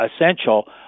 essential